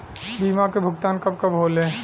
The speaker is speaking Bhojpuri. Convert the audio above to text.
बीमा के भुगतान कब कब होले?